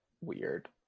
weird